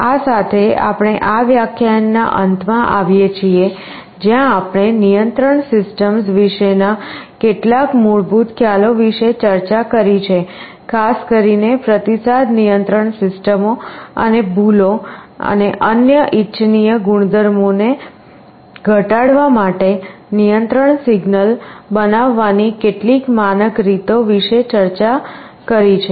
આ સાથે આપણે આ વ્યાખ્યાનના અંતમાં આવીએ છીએ જ્યાં આપણે નિયંત્રણ સિસ્ટમ્સ વિશેના કેટલાક મૂળભૂત ખ્યાલો વિશે ચર્ચા કરી છે ખાસ કરીને પ્રતિસાદ નિયંત્રણ સિસ્ટમો અને ભૂલો અને અન્ય ઇચ્છનીય ગુણધર્મોને ઘટાડવા માટે નિયંત્રણ સિગ્નલ બનાવવાની કેટલીક માનક રીતો વિશે ચર્ચા કરી છે